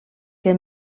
que